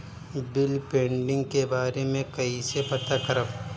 Bill pending के बारे में कईसे पता करब?